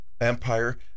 empire